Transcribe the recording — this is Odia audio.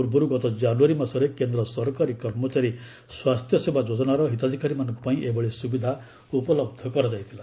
ପୂର୍ବରୁ ଗତ ଜାନୁୟାରୀ ମାସରେ କେନ୍ଦ୍ର ସରକାରୀ କର୍ମଚାରୀ ସ୍ୱାସ୍ଥ୍ୟସେବା ଯୋଜନାର ହିତାଧିକାରୀମାନଙ୍କ ପାଇଁ ଏଭଳି ସୁବିଧା ଉପଲବ୍ଧ କରାଯାଇଥିଲା